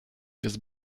jest